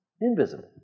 invisible